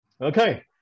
Okay